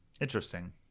Interesting